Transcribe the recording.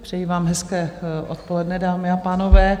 Přeji vám hezké odpoledne, dámy a pánové.